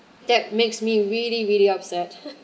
that makes me really really upset